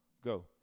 Go